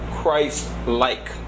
Christ-like